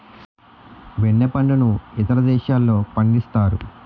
వెన్న పండును ఇతర దేశాల్లో పండిస్తారు